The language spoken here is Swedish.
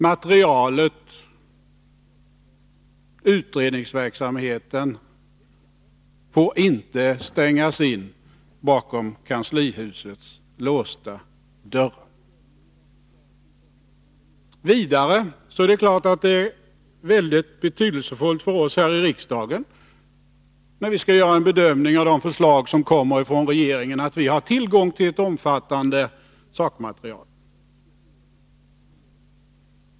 Materialet och utredningsverksamheten får inte stängas in bakom kanslihusets låsta dörrar. Vidare är det klart att det är mycket betydelsefullt för oss här i riksdagen, när vi skall göra en bedömning av de förslag som kommer från regeringen, att vi har tillgång till ett omfattande sakmaterial.